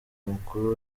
mukuru